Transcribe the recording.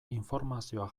informazioa